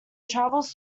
travels